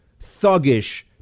thuggish